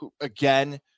again